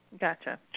Gotcha